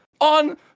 on